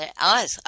eyes